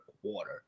quarter